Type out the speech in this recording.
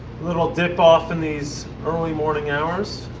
little dip-off in these early morning hours,